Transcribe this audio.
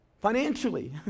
Financially